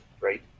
right